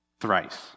thrice